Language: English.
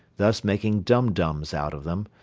thus making dum-dums out of them,